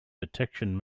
detection